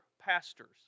pastors